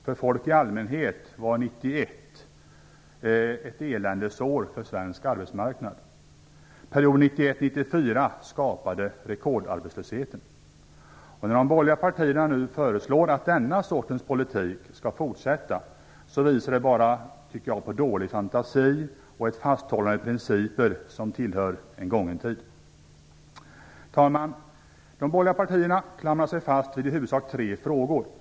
För folk i allmänhet var 1991 ett eländesår för svensk arbetsmarknad. Under perioden 1991 - 1994 När de borgerliga partierna nu föreslår att denna sorts politik skall fortsätta, tycker jag att det bara visar på dålig fantasi och ett fasthållande vid principer som tillhör en gången tid. Herr talman! De borgerliga partierna klamrar sig fast vid i huvudsak tre frågor.